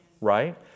Right